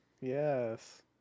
yes